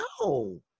no